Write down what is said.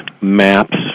maps